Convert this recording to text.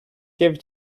give